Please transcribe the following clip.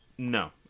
no